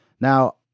Now